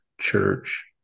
church